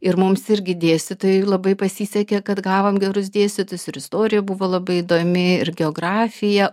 ir mums irgi dėstytojai labai pasisekė kad gavom gerus dėstytojus ir istorija buvo labai įdomi ir geografija